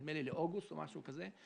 נדמה לי לאוגוסט או משהו כזה,